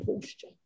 posture